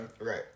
Right